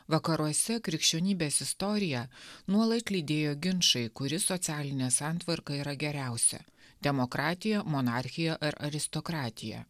vakaruose krikščionybės istoriją nuolat lydėjo ginčai kuri socialinė santvarka yra geriausia demokratija monarchija ar aristokratija